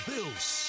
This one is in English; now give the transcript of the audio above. Bills